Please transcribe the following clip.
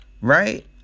right